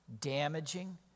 damaging